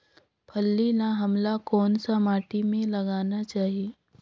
फल्ली ल हमला कौन सा माटी मे लगाना चाही?